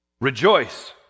Rejoice